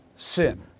Sin